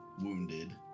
wounded